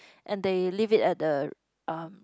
and they leave it at the um